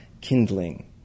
kindling